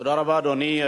תודה רבה, אדוני.